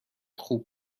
خوب